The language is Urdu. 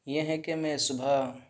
یہ ہیں کہ میں صبح